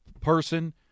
person